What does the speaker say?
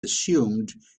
assumed